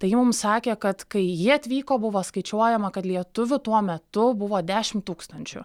tai ji mums sakė kad kai jie atvyko buvo skaičiuojama kad lietuvių tuo metu buvo dešimt tūkstančių